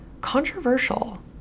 controversial